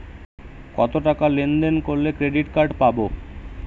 কতটাকা লেনদেন করলে ক্রেডিট কার্ড পাব?